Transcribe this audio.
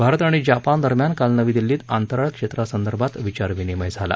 भारत आणि जपान दरम्यान काल नवी दिल्लीत अंतराळ क्षेत्रासंदर्भात विचारविनिमय झाला